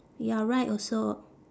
you are right also